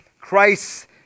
Christ